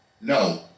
No